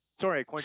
Sorry